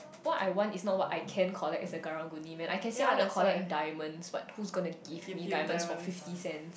what I want is not what I can collect as a Karang-Guni man I can say I want to collect diamonds but who gonna give me diamonds for fifty cent